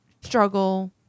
struggle